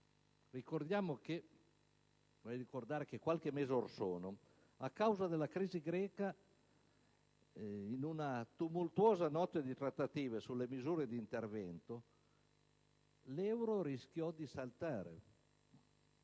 ricordare che qualche mese or sono, a causa della crisi greca, in una tumultuosa notte di trattative sulle misure d'intervento, l'euro rischiò di saltare.